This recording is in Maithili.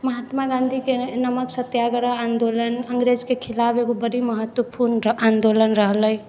महात्मा गांधीके नमक सत्याग्रह आन्दोलन अङ्गरेजके खिलाफ एगो बड़ी महत्वपूर्ण आन्दोलन रहलै